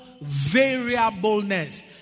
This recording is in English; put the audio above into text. variableness